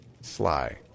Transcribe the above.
Sly